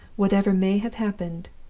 whatever may have happened,